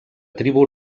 tribu